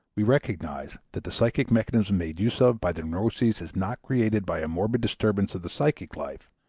we recognize that the psychic mechanism made use of by the neuroses is not created by a morbid disturbance of the psychic life,